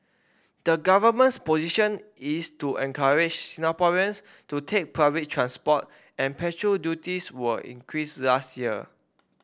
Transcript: the government's position is to encourage Singaporeans to take public transport and petrol duties were increased last year